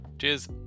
Cheers